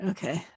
Okay